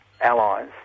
allies